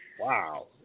Wow